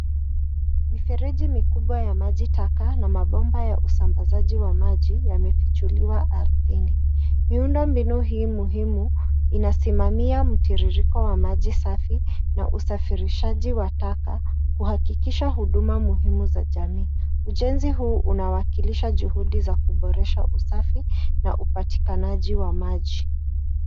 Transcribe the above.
Mifereji mikubwa ya maji taka na mabomba ya usambazaji wa maji yamefichuliwa ardhini. Miundombinu hii muhimu inasimamia mtiririko wa maji safi na usafirishaji wa taka kuhakikisha huduma muhimu za jamii. Ujenzi huu unawakilisha juhudi za kuboresha usafi na upatikanaji wa maji.